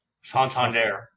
santander